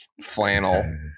flannel